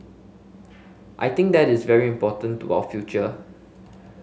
I think that is very important to our future